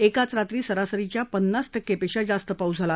एकाच रात्री सरासरीच्या पन्नास टक्के पेक्षा जास्त पाऊस झाला